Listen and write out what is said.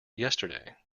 yesterday